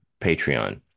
Patreon